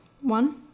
one